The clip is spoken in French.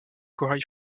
corail